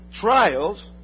trials